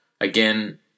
again